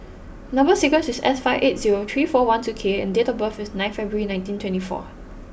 number sequence is S five eight zero three four one two K and date of birth is nine February nineteen twenty four